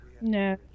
No